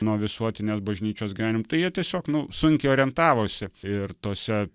nuo visuotinės bažnyčios gyvenim tai jie tiesiog nu sunkiai orientavosi ir tose